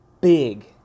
big